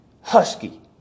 husky